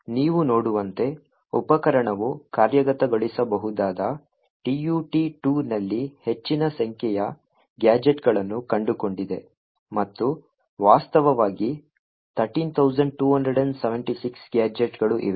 ಆದ್ದರಿಂದ ನೀವು ನೋಡುವಂತೆ ಉಪಕರಣವು ಕಾರ್ಯಗತಗೊಳಿಸಬಹುದಾದ tut2 ನಲ್ಲಿ ಹೆಚ್ಚಿನ ಸಂಖ್ಯೆಯ ಗ್ಯಾಜೆಟ್ಗಳನ್ನು ಕಂಡುಕೊಂಡಿದೆ ಮತ್ತು ವಾಸ್ತವವಾಗಿ 13276 ಗ್ಯಾಜೆಟ್ಗಳು ಇವೆ